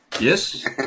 Yes